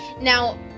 Now